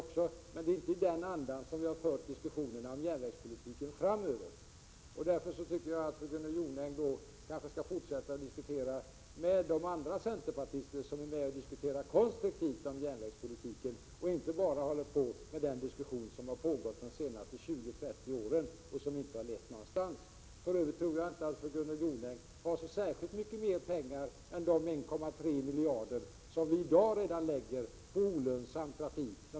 Men det är inte i den andan vi har fört diskussionerna om järnvägspolitiken framöver. Därför tycker jag att fru Jonäng kan fortsätta diskussionen med de centerpartister som diskuterar järnvägspolitiken konstruktivt och inte bara håller på med den diskussion som har pågått de senaste 20-30 åren och som inte har lett någonstans. För övrigt tror jag inte att Gunnel Jonäng har så särskilt mycket mer pengar än de 1,3 miljarder kronor som vi redan i dag lägger på olönsam trafik.